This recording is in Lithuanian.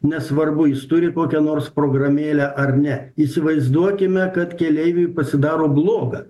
nesvarbu jis turi kokią nors programėlę ar ne įsivaizduokime kad keleiviui pasidaro bloga